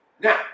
Now